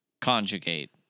conjugate